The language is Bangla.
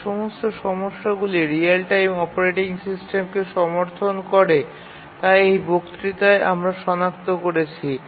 যে সমস্ত সমস্যাগুলি রিয়েল টাইম অপারেটিং সিস্টেমকে সমর্থন করে তা এই বক্তৃতায় আমরা সনাক্ত করেছি